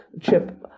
chip